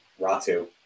Ratu